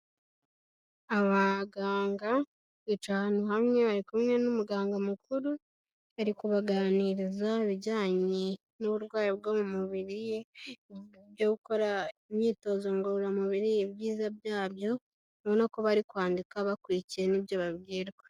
Abaganga bicaye ahantu hamwe bari kumwe n'umuganga mukuru ari kubaganiriza ibijyanye n'uburwayi bwo mu mubiri, uburyo bwo gukora imyitozo ngororamubiri, ibyiza byabyo ubona ko bari kwandika bakurikiye n'ibyo babwirwa.